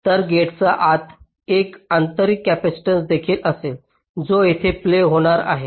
तर गेटच्या आत एक आंतरिक कॅपेसिटन्स देखील असेल जो येथे प्ले होणार आहे